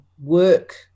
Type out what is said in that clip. work